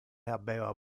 habeva